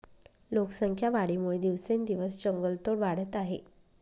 लोकसंख्या वाढीमुळे दिवसेंदिवस जंगलतोड वाढत आहे